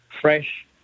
fresh